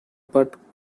but